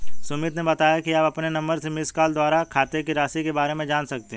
सुमित ने बताया कि आप अपने नंबर से मिसकॉल द्वारा खाते की राशि के बारे में जान सकते हैं